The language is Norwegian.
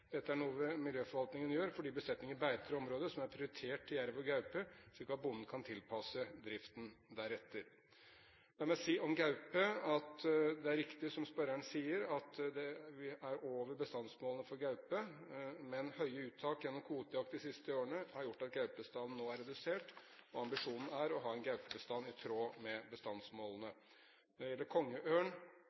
Dette er noe miljøforvaltningen gjør fordi besetningene beiter i områder som er prioritert til jerv og gaupe, slik at bonden kan tilpasse driften deretter. La meg si om gaupe at det er riktig som spørreren sier, at det er over bestandsmålet for gaupe, men høye uttak gjennom kvotejakt de siste årene har gjort at gaupebestanden nå er redusert. Ambisjonen er å ha en gaupebestand i tråd med bestandsmålene. Når det gjelder kongeørn,